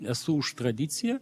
esu už tradiciją